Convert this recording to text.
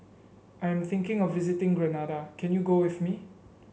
I am thinking of visiting Grenada can you go with me